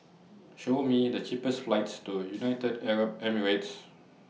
Show Me The cheapest flights to United Arab Emirates